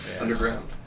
Underground